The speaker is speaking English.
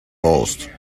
lost